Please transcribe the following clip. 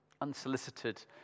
Unsolicited